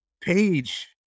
Page